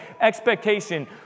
expectation